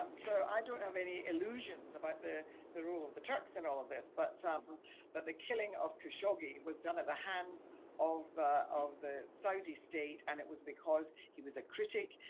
um so i don't have any illusions about the the role of the turks in all of this, but um but the killing of khashoggi was done at the hands of of the saudi state and it was because he was a critic,